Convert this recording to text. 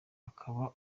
akaba